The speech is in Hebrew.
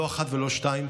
לא אחת ולא שתיים,